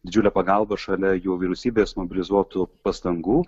didžiulė pagalba šalia jau vyriausybės mobilizuotų pastangų